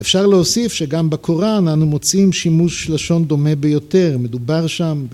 אפשר להוסיף שגם בקוראן אנו מוצאים שימוש לשון דומה ביותר, מדובר שם ב...